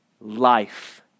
life